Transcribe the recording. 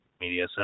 media